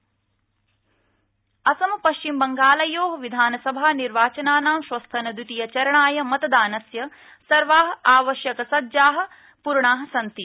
असम पश्चिमबंगाल असम पश्चिम बंगालयोः विधानसभानिर्वाचनानां श्वस्तनद्वितीय चरणाय मतदानस्य सर्वाः आवश्यकसज्जाः पूर्णाः सन्ति